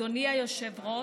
אדוני היושב-ראש,